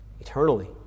eternally